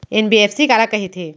NBFC काला कहिथे?